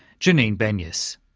janine benyus.